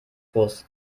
groß